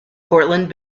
portland